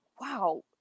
wow